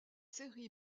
série